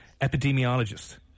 epidemiologist